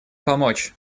помочь